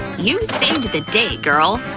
you saved the day, girl.